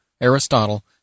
Aristotle